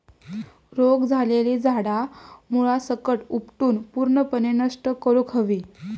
रोग झालेली झाडा मुळासकट उपटून पूर्णपणे नष्ट करुक हवी